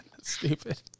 Stupid